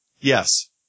Yes